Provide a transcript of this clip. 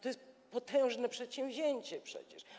To jest potężne przedsięwzięcie przecież.